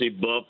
buff